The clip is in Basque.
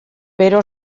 bero